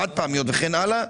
חד פעמיות וכן הלאה,